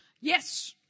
Yes